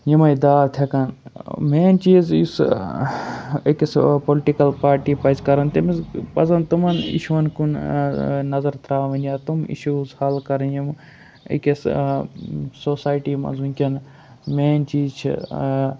یِمَے داو تھیٚکان مین چیٖز یُس أکِس پُلٹِکَل پارٹی پَزِ کَرُن تٔمِس پَزَن تِمَن اِشوَن کُن نظر ترٛاوٕنۍ یا تِم اِشوٗز حل کَرٕنۍ یِم أکِس سوسایٹی منٛز وٕنکیٚن مین چیٖز چھِ